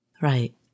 Right